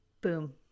Boom